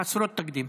חסרות תקדים.